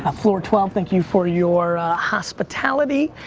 ah floor twelve, thank you for your hospitality.